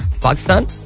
Pakistan